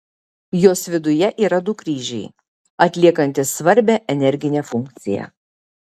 jos viduje yra du kryžiai atliekantys svarbią energinę funkciją